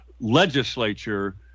legislature